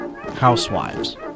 housewives